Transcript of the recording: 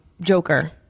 Joker